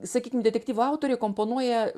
sakykim detektyvų autoriai komponuoja